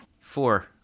Four